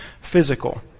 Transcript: physical